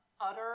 Utter